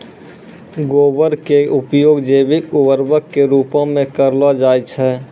गोबर खाद के उपयोग जैविक उर्वरक के रुपो मे करलो जाय छै